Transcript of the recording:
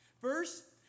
First